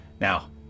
Now